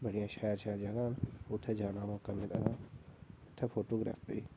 बड़ियां शैल शैल जगहां न उत्थै जाने दा मौका मिलै ते उत्थै फोटोग्राफी